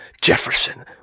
Jefferson